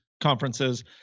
conferences